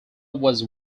was